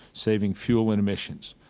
saving fuel and emissions.